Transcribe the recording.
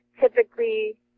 typically